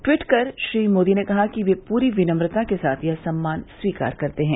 tweet कर श्री मोदी ने कहा कि वे पूरी विनम्रता के साथ यह सम्मान स्वीकार करते हैं